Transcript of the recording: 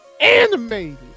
animated